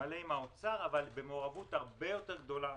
מלא עם משרד האוצר אבל במעורבות הרבה יותר גדולה